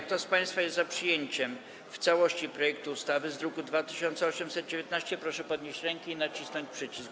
Kto z państwa jest za przyjęciem w całości projektu ustawy z druku nr 2819, proszę podnieść rękę i nacisnąć przycisk.